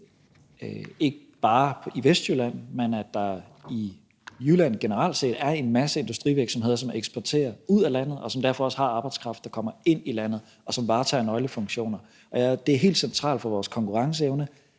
ikke bare i Vestjylland, men i Jylland generelt set, er en masse industrivirksomheder, som eksporterer ud af landet, og som derfor også har arbejdskraft, der kommer ind i landet, og som varetager nøglefunktioner. Og det er helt centralt for vores konkurrenceevne,